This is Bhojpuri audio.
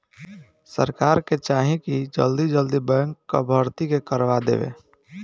सरकार के चाही की जल्दी जल्दी बैंक कअ भर्ती के करवा देवे